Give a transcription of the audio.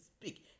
speak